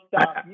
stop